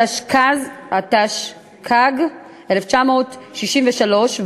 התשכ"ג 1963,